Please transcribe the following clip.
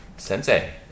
Sensei